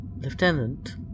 Lieutenant